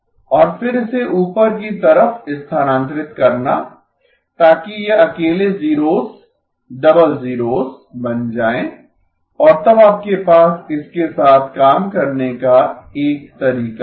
और फिर इसे ऊपर की तरफ स्थानांतरित करना ताकि ये अकेले जीरोस डबल जीरोस बन जाएं और तब आपके पास इसके साथ काम करने का एक तरीका है